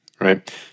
right